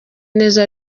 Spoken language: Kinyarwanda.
neza